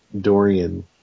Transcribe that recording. Dorian